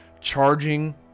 charging